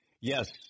Yes